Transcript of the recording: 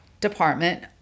department